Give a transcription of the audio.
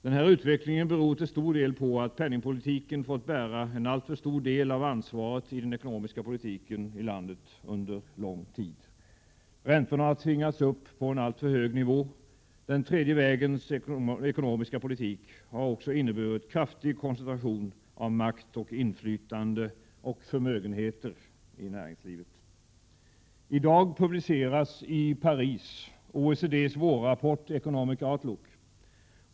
Den här utvecklingen beror till stor del på att penningpolitiken fått bära en alltför stor del av ansvaret i den ekonomiska politiken i landet under lång tid. Räntorna har tvingats upp på en alltför hög nivå. Den tredje vägens ekonomiska politik har också inneburit kraftig koncentration av makt och inflytande och förmögenheter i näringslivet. I dag publiceras i Paris OECD:s vårrapport Economic Outlook.